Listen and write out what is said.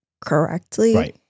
correctly